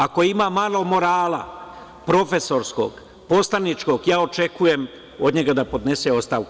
Ako ima malo morala profesorskog, poslaničkog očekujem od njega da podnese ostavku.